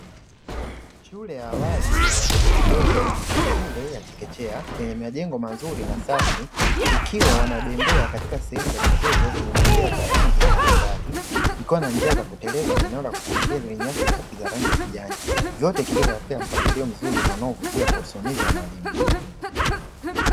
Shule ya awali ya watoto wadogo wa shule ya chekechea, yenye majengo mazuri na safi ikiwa wanabembea katika sehemu za michezo zenye bembea za rangi mbalimbali. ikiwa na njia za kuteleza na eneo la kukimbilia lenye nyasi fupi za rangi ya kijani, vyote vikiwekwa katika mpangilio mzuri na unaovutia katika usimamizi wa mwalimu.